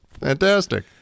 Fantastic